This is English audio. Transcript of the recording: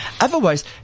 Otherwise